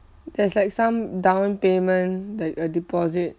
there's like some down payment like a deposit